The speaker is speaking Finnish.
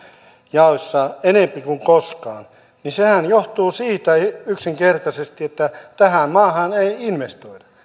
jaossa enempi kuin koskaan niin johtuu yksinkertaisesti siitä että tähän maahan ei investoida